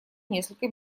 несколько